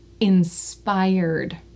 inspired